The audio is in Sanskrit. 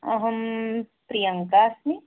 अहं प्रियङ्का अस्मि